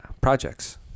projects